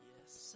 Yes